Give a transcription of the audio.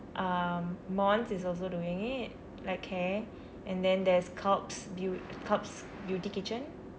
um mons is also doing it like hair and then there's kalps beaut~ kalps beauty kitchen